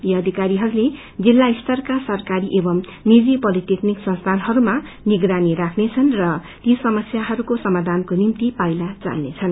यी अधिकरीहरूले जिल्ला स्तरका सरकारी एवं नीजि पोलिटेकनिक संस्थानहरूमा निगरानी राख्नेछन् र ती समस्याहरूको समाधानको निम्ति पाइला चाल्नेछन्